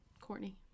Courtney